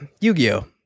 Yu-Gi-Oh